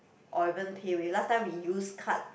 or even PayWave last time we use card